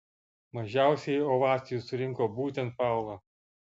mažiausiai ovacijų surinko būtent paula